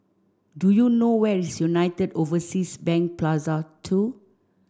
do you know where's United Overseas Bank Plaza Two